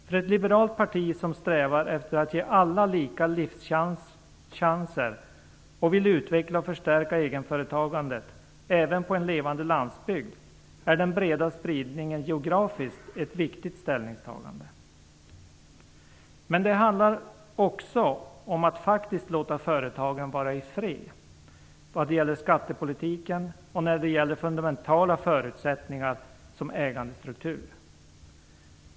För ett liberalt parti som strävar efter att ge alla lika livschanser och vill utveckla och förstärka egenföretagandet även i en levande landsbygd handlar ett viktigt ställningstagande om den breda spridningen geografiskt. Men det handlar också om att faktiskt låta företagen vara i fred när det gäller skattepolitiken och fundamentala förutsättningar som ägandestruktur.